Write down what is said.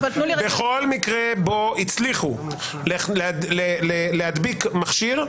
בכל מקרה שבו הצליחו להדביק מכשיר,